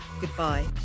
Goodbye